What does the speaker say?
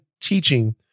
teaching